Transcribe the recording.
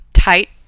Tight